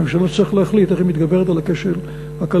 הממשלה תצטרך להחליט איך היא מתגברת על הכשל הכלכלי.